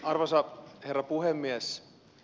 arvoisa herra puhemies